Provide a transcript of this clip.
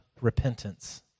repentance